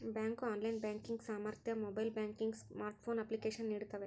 bank online banking ಸಾಮರ್ಥ್ಯ mobile banking smartphone application ನೀಡ್ತವೆ